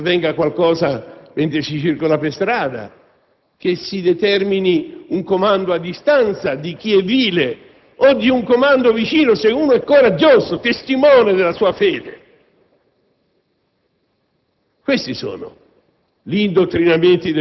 che ci sia l'aggressione alle spalle, che avvenga qualcosa mentre si circola per strada, che si determini un comando a distanza, da parte di chi è vile, o un comando più da vicino, da parte di chi è coraggioso, testimone della sua fede.